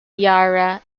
yarra